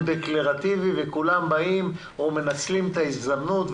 דקלרטיבי וכולם באים ומנצלים את ההזדמנות.